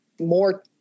more